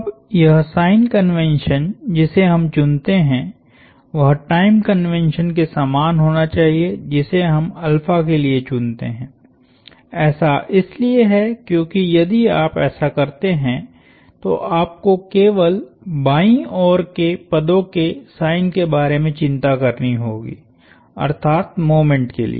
अब यह sign convention जिसे हम चुनते हैं वह टाइम कन्वेंशन के समान होना चाहिए जिसे हम के लिए चुनते हैं ऐसा इसलिए है क्योंकि यदि आप ऐसा करते हैं तो आपको केवल बाईं ओर के पदों के साइन के बारे में चिंता करनी होगी अर्थात मोमेंट के लिए